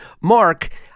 Mark